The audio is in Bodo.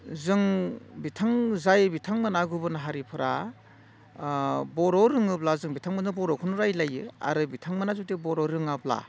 जों बिथां जाय बिथांमोनहा गुबुन हारिफोरा बर' रोङोब्ला जों बिथांमोननो बर'खौनो रायज्लायो आरो बिथांमोनहा जुदि बर' रोङाब्ला